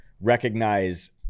recognize